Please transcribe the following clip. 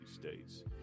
states